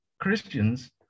Christians